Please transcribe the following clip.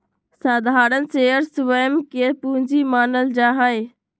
साधारण शेयर स्वयं के पूंजी मानल जा हई